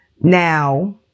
Now